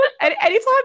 Anytime